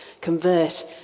convert